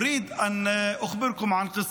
אני רוצה לספר לכם סיפור.